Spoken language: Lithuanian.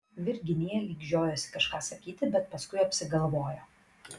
virginija lyg žiojosi kažką sakyti bet paskui apsigalvojo